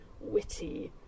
witty